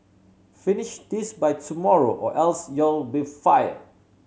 finish this by tomorrow or else you'll be fired